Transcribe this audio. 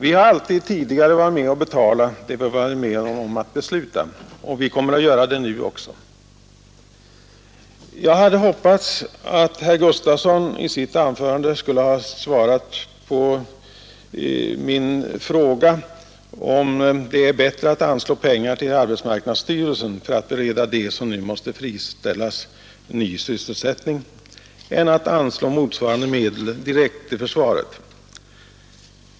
Vi har alltid tidigare varit med om att betala det som vi varit med om att besluta, och vi kommer att göra det nu också. Jag hade hoppats att herr Gustavsson i sitt anförande skulle ha svarat på min fråga om det är bättre att anslå pengar till arbetsmarknadsstyrelsen för att bereda dem som nu måste friställas ny sysselsättning än att anslå motsvarande medel direkt till försvaret.